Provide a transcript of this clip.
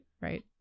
right